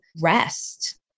rest